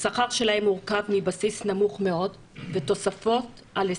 השכר שלהם הוא מורכב מבסיס נמוך מאוד ותוספות על הספק,